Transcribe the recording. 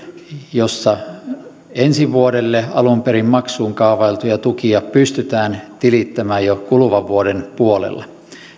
jossa ensi vuodelle alun perin maksuun kaavailtuja tukia pystytään tilittämään jo kuluvan vuoden puolella